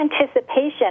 anticipation